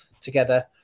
together